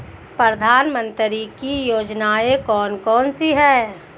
प्रधानमंत्री की योजनाएं कौन कौन सी हैं?